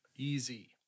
Easy